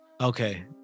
Okay